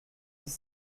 dix